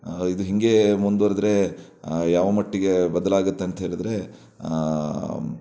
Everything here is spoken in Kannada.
ಇದು ಹೀಗೆ ಮುಂದುವರ್ದ್ರೆ ಯಾವ ಮಟ್ಟಿಗೆ ಬದಲಾಗುತ್ತೆ ಅಂತ ಹೇಳಿದರೆ